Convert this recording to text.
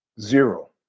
Zero